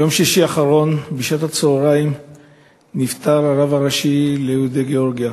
ביום שישי האחרון בשעות הצהריים נפטר הרב הראשי של יהודי גאורגיה,